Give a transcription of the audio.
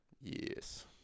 yes